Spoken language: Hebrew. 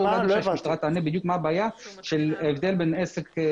המשטרה תאמר בדיוק מה ההבדל בין עסק עם